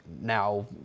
now